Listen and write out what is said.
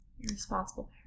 Irresponsible